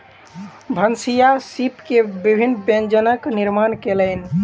भनसिया सीप के विभिन्न व्यंजनक निर्माण कयलैन